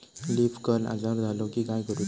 Leaf curl आजार झालो की काय करूच?